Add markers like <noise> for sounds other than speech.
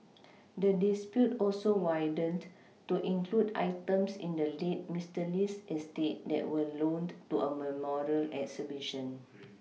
the dispute also widened to include items in the late Mister Lee's estate that were loaned to a memorial exhibition <noise>